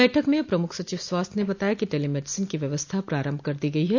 बैठक में प्रमुख सचिव स्वास्थ्य ने बताया टेलीमेडिसिन की व्यवस्था प्रारम्भ कर दी गई है